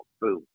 boom